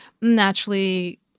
Naturally